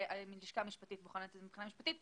הלשכה המשפטית בוחנת את זה מבחינה משפטית.